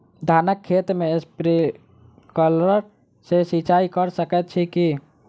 धानक खेत मे स्प्रिंकलर सँ सिंचाईं कऽ सकैत छी की?